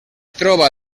troba